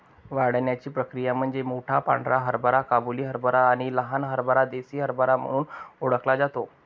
वाढण्याची प्रक्रिया म्हणजे मोठा पांढरा हरभरा काबुली हरभरा आणि लहान हरभरा देसी हरभरा म्हणून ओळखला जातो